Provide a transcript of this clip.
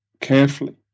carefully